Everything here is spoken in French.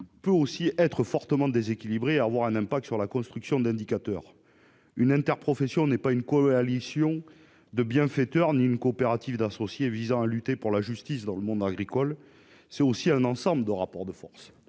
peuvent être fortement déséquilibrés et affecter la construction d'indicateurs. Une interprofession n'est pas une coalition de bienfaiteurs ni une coopérative d'associés visant à lutter pour la justice dans le monde agricole, c'est aussi un ensemble de rapports de force.